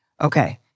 okay